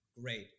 Great